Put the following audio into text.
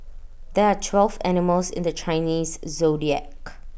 there are twelve animals in the Chinese Zodiac